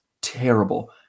terrible